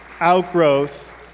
outgrowth